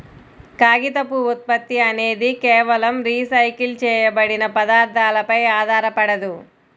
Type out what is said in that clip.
కాగితపు ఉత్పత్తి అనేది కేవలం రీసైకిల్ చేయబడిన పదార్థాలపై ఆధారపడదు